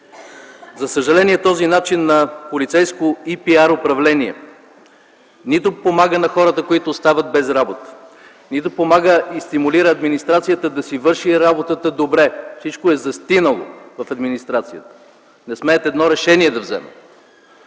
За съжаление, този начин на полицейско и пиар-управление нито помага на хората, които остават без работа, нито помага и стимулира администрацията да си върши работата добре. Всичко е застинало в администрацията, не смеят едно решение да вземат,